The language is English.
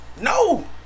No